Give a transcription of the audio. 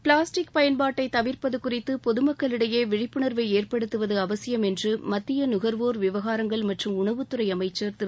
plastic பயன்பாட்டை தவிர்ப்பது குறித்து பொதுமக்களிடையே விழிப்புணர்வை ஏற்படுத்துவது அவசியம் என்று மத்திய நுகர்வோர் விவகாரங்கள் மற்றும் உணவுத்துறை அமைச்சர் திரு